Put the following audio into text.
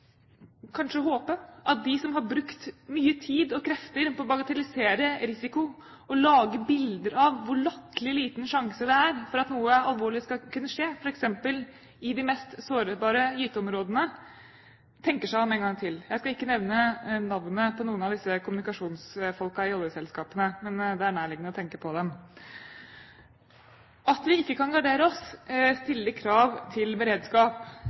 kanskje håpe, at de som har brukt mye tid og krefter på å bagatellisere risiko og lage bilder av hvor latterlig liten sjanse det er for at noe alvorlig skal kunne skje, f.eks. i de mest sårbare gyteområdene, tenker seg om en gang til. Jeg skal ikke nevne navnet på noen av disse kommunikasjonsfolkene i oljeselskapene, men det er nærliggende å tenke på dem. At vi ikke kan gardere oss, stiller krav til beredskap.